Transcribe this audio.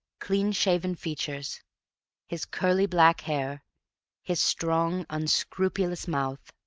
clean-shaven features his curly black hair his strong, unscrupulous mouth.